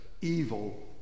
evil